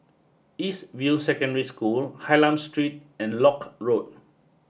East View Secondary School Hylam Street and Lock Road